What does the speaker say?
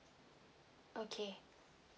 okay